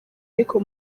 ariko